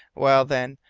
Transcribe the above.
well, then,